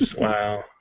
wow